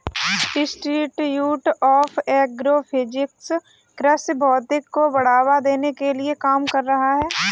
institute of agro physics कृषि भौतिकी को बढ़ावा देने के लिए काम कर रहा है